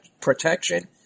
protection